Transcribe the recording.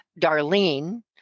Darlene